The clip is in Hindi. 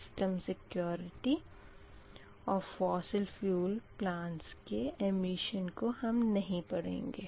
सिस्टम सिक्योरिटी और जीवाश्म इंधन प्लांट्स के उत्सर्जन को हम नहीं पढ़ेंगे